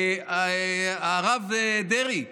הרב דרעי,